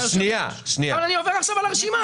אני עובר עכשיו על הרשימה.